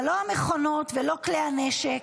אבל לא המכונות ולא כלי הנשק,